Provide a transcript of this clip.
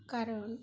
কারণ